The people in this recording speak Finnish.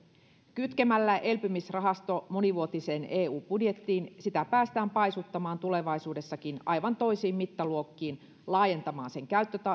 kytkemällä elpymisrahasto monivuotiseen eu budjettiin sitä päästään paisuttamaan tulevaisuudessakin aivan toisiin mittaluokkiin laajentamaan sen